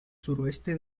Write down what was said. suroeste